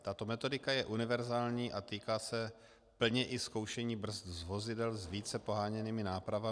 Tato metodika je univerzální a týká se plně i zkoušení brzd z vozidel s více poháněnými nápravami.